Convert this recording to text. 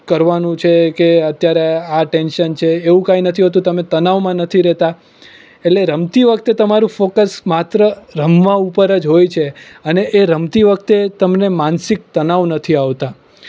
કરવાનું છે કે અત્યારે આ ટેન્શન છે એવું કાંઈ નથી હોતું તમે તણાવમાં નથી રહેતા એટલે રમતી વખતે તમારું ફોકસ માત્ર રમવા ઉપર જ હોય છે અને એ રમતી વખતે તમને માનસિક તણાવ નથી આવતા